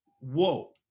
Whoa